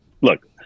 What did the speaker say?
look